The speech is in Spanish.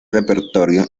repertorio